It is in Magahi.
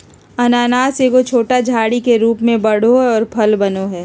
अनानास एगो छोटा झाड़ी के रूप में बढ़ो हइ और फल बनो हइ